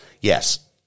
Yes